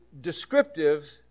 descriptive